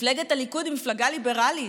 מפלגת הליכוד היא מפלגה ליברלית,